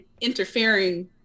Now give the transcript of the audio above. interfering